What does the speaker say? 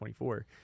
24